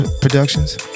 productions